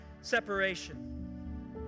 separation